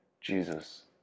Jesus